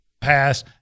pass